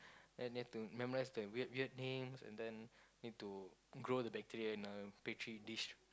and you've to memorise the weird weird names and then need to grow the bacteria in a pantry dish